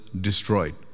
destroyed